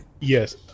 Yes